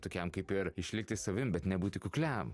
tokiam kaip ir išlikti savim bet nebūti kukliam